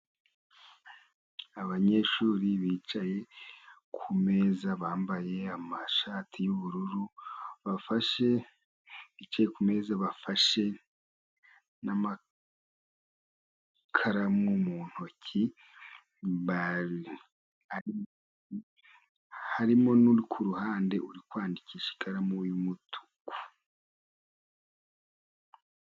Abanyeshuri bicaye ku meza bambaye amashati yubururu, bicaye kumeza, bafashe n'amakaramu mu ntoki, harimo n'uri ku ruhande uri kwandikisha ikaramu y'umutuku.